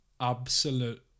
absolute